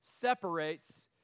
separates